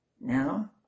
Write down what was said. Now